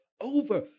over